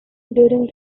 during